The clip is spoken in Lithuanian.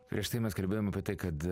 prieš tai mes kalbėjom apie tai kad